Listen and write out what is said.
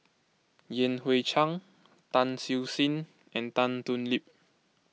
Yan Hui Chang Tan Siew Sin and Tan Thoon Lip